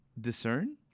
discern